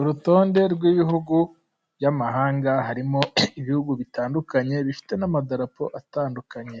Urutonde rw'ibihugu by'amahanga harimo ibihugu bitandukanye bifite n'amadarapo atandukanye,